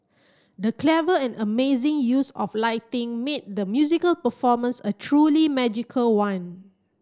the clever and amazing use of lighting made the musical performance a truly magical one